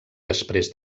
després